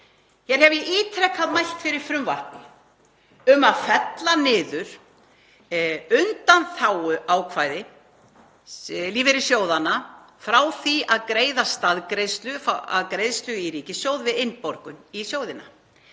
Ég hef ítrekað mælt fyrir frumvarpi um að fella niður undanþáguákvæði lífeyrissjóðanna frá því að greiða staðgreiðslu af greiðslu í ríkissjóð við innborgun í sjóðina.